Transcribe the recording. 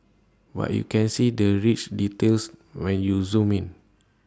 but you can see the rich details when you zoom in